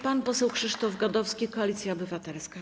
Pan poseł Krzysztof Gadowski, Koalicja Obywatelska.